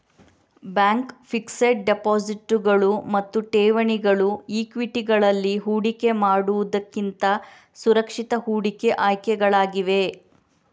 bank fixed ಡೆಪಾಸಿಟುಗಳು ಮತ್ತು ಠೇವಣಿಗಳು ಈಕ್ವಿಟಿಗಳಲ್ಲಿ ಹೂಡಿಕೆ ಮಾಡುವುದಕ್ಕಿಂತ ಸುರಕ್ಷಿತ ಹೂಡಿಕೆ ಆಯ್ಕೆಗಳಾಗಿವೆ